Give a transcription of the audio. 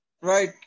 Right